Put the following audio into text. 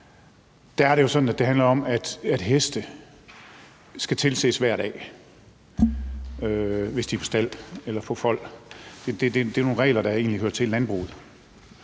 er det jo sådan, at det handler om, at heste skal tilses hver dag, hvis de er på stald eller på fold. Det er nogle regler, der egentlig hører til i landbruget.